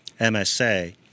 MSA